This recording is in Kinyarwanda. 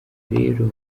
rero